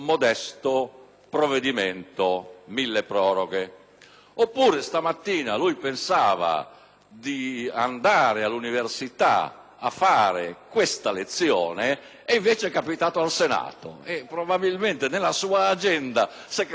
forse stamattina pensava di andare all'università per svolgere la sua lezione e invece è capitato al Senato. Probabilmente nella sua agenda si è creata confusione.